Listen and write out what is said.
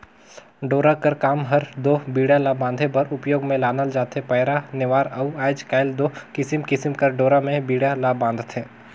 डोरा कर काम हर दो बीड़ा ला बांधे बर उपियोग मे लानल जाथे पैरा, नेवार अउ आएज काएल दो किसिम किसिम कर डोरा मे बीड़ा ल बांधथे